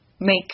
make